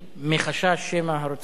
מחשש שמא הרוצח,